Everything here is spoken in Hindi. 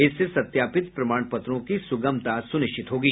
इससे सत्यापित प्रमाण पत्रों की सुगमता सुनिश्चित होगी